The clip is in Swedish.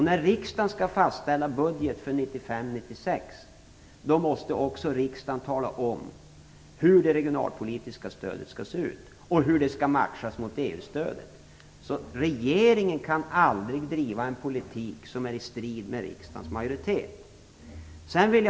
När riksdagen skall fastställa budget för 1995/96 måste också riksdagen tala om hur det regionalpolitiska stödet skall se ut och hur det skall matchas mot EU-stödet. Regeringen kan därför aldrig driva en politik som är i strid med uppfattningen hos riksdagens majoritet.